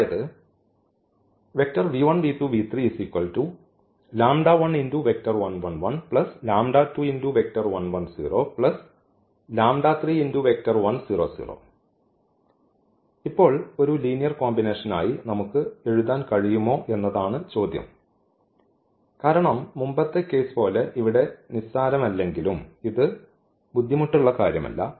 അതായത് ഇപ്പോൾ ഒരു ലീനിയർ കോമ്പിനേഷനായി നമുക്ക് എഴുതാൻ കഴിയുമോ എന്നതാണ് ചോദ്യം കാരണം മുമ്പത്തെ കേസ് പോലെ ഇവിടെ നിസ്സാരമല്ലെങ്കിലും ഇത് ബുദ്ധിമുട്ടുള്ള കാര്യമല്ല